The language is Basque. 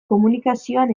komunikazioan